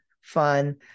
fun